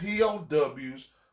POWs